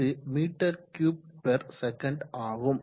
இது metre cube per second ஆகும்